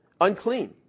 unclean